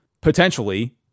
potentially